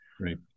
Right